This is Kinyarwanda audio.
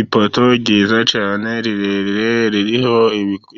Ipoto ryiza cyane rirerire ririho